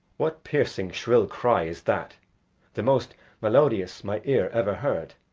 what piercing, shrill cry is that the most melodious my ear ever heard,